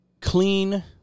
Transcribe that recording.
clean